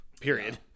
Period